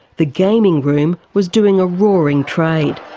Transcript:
the gaming room was doing a roaring trade.